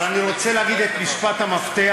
אבל אני רוצה להגיד את משפט המפתח,